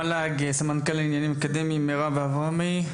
מירב אברהמי,